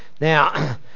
Now